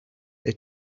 they